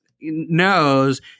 Knows